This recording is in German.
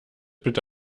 bitte